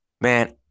Man